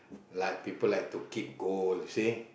like people like to keep gold see